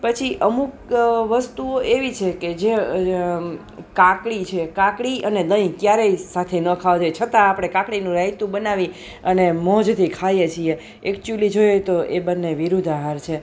પછી અમુક વસ્તુઓ એવી છે કે જે કાકડી છે કાકડી અને દહીં ક્યારેય સાથે ખાવા ન ખાવા જોઈએ છતાં આપણે કાકડીનું રાયતું બનાવી અને મોજથી ખાઈએ છીએ એક્ચ્યુઅલી જોઈએ તો એ બંને વિરુદ્ધ આહાર છે